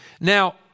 Now